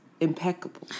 impeccable